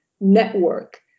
network